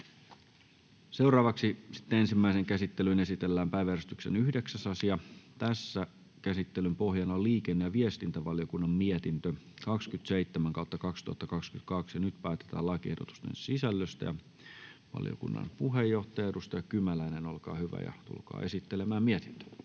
Content: Ensimmäiseen käsittelyyn esitellään päiväjärjestyksen 9. asia. Käsittelyn pohjana on liikenne- ja viestintävaliokunnan mietintö LiVM 27/2022 vp. Nyt päätetään lakiehdotusten sisällöstä. — Valiokunnan puheenjohtaja, edustaja Kymäläinen, olkaa hyvä ja tulkaa esittelemään mietintö.